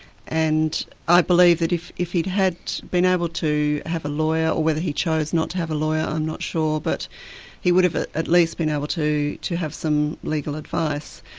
and i believe that if if he'd had been able to have a lawyer or whether he chose not to have a lawyer, i'm not sure, but he would have at least been able to to have some legal advice.